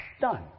Done